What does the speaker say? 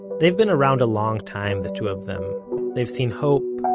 they've been around a long time, the two of them they've seen hope,